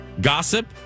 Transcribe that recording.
gossip